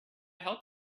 help